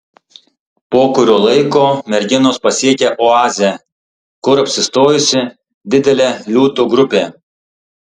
po kurio laiko merginos pasiekia oazę kur apsistojusi didelė liūtų grupė